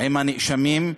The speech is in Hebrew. עם הנאשמים,